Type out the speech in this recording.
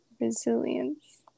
resilience